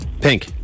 Pink